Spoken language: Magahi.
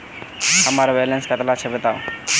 हमार बैलेंस कतला छेबताउ?